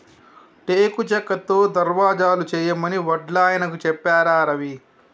టేకు చెక్కతో దర్వాజలు చేయమని వడ్లాయనకు చెప్పారా రవి